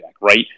right